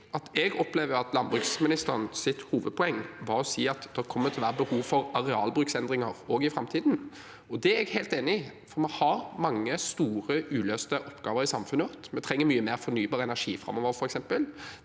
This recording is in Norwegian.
jeg opplever at landbruksministerens hovedpoeng var å si at det kommer til å være behov for arealbruksendringer også i framtiden. Det er jeg helt enig i, for vi har mange store uløste oppgaver i samfunnet vårt. Vi trenger f.eks. mye mer fornybar energi framover. Det kommer